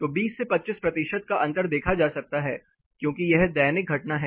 तो 20 से 25 प्रतिशत का अंतर देखा जा सकता है क्योंकि यह दैनिक घटना है